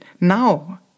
now